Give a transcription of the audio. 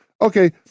Okay